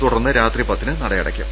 തുടർന്ന് രാത്രി പത്തിന് നട അടക്കും